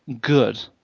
good